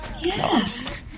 yes